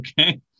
okay